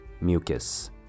mucus